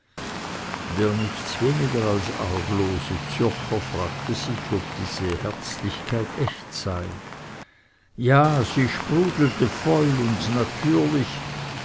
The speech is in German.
der nichts weniger als arglose zürcher fragte sich ob diese herzlichkeit echt sei ja sie sprudelte voll und natürlich